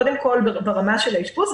קודם כול ברמה של האשפוז,